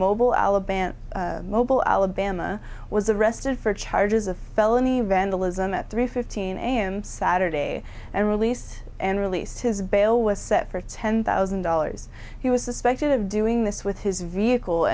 mobile alabama mobile alabama was arrested for charges of felony vandalism at three fifteen a m saturday and released and released his bail was set for ten thousand dollars he was suspected of doing this with his vehicle